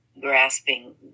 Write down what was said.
grasping